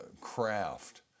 craft